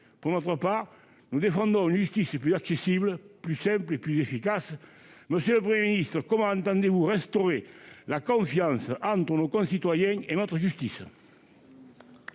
Pour notre part, nous défendons une justice plus accessible, plus simple et plus efficace. Monsieur le Premier ministre, comment entendez-vous restaurer la confiance entre nos concitoyens et notre justice ?